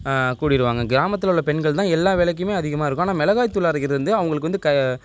கூடிடுவாங்க கிராமத்தில் உள்ள பெண்கள் தான் எல்லா வேலைக்குமே அதிகமாக இருக்கும் ஆனால் மிளகாய் தூள் அரைக்கிறது வந்து அவங்களுக்கு வந்து க